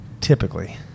Typically